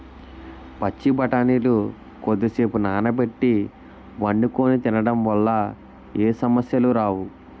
పచ్చి బఠానీలు కొద్దిసేపు నానబెట్టి వండుకొని తినడం వల్ల ఏ సమస్యలు రావు